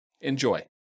Enjoy